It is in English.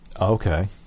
Okay